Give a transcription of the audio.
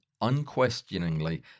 unquestioningly